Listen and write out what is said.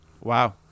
Wow